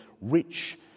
rich